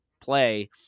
play